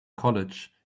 college